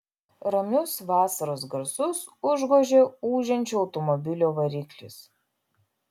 ramius vasaros garsus užgožė ūžiančio automobilio variklis